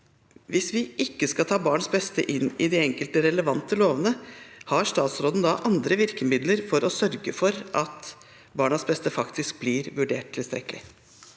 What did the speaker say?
Hvis vi ikke skal ta barns beste inn i de enkelte, relevante lovene, har statsråden da andre virkemidler for å sørge for at barnas beste faktisk blir vurdert tilstrekkelig?